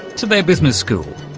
to their business school.